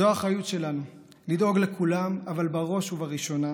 זו האחריות שלנו, לדאוג לכולם, אבל בראש ובראשונה